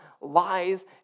lies